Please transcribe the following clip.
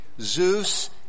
Zeus